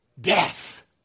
Death